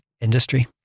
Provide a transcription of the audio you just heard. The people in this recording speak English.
industry